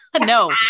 No